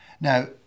Now